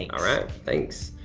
all right, thanks.